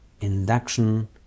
induction